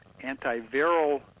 antiviral